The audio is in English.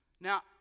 Now